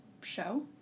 show